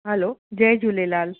हलो जय झूलेलाल